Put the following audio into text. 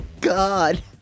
God